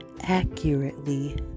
accurately